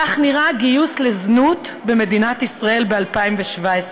כך נראה גיוס לזנות במדינת ישראל ב-2017,